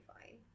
fine